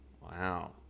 wow